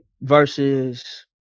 versus